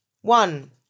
one